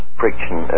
friction